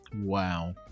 Wow